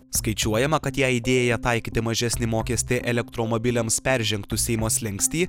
skaičiuojama kad jei idėja taikyti mažesnį mokestį elektromobiliams peržengtų seimo slenkstį